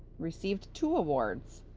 received two awards.